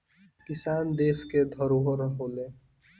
किसान देस के धरोहर होलें